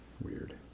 weird